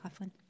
Coughlin